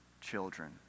children